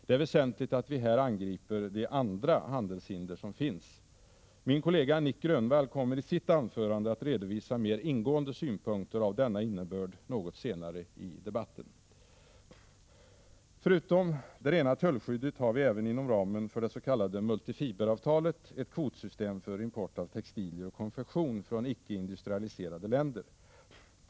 Det är väsentligt att vi här angriper de andra handelshinder som finns. Min kollega Nic Grönvall kommer i sitt anförande att redovisa mer ingående synpunkter av denna innebörd något senare i debatten. Förutom det rena tullskyddet har vi även inom ramen för det s.k. multifiberavtalet ett kvotsystem för import av textilier och konfektion från icke-industrialiserade länder.